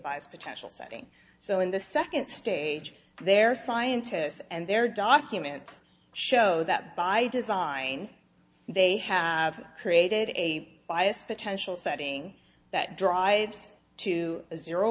buys potential sighting so in the second stage their scientists and their documents show that by design they have created a bias potential setting that drives to zero